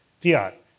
fiat